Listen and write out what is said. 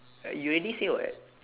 you already say [what]